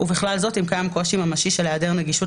ובכלל זאת אם קיים קושי ממשי של העדר נגישות